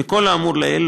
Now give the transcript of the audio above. ‏מכל האמור לעיל,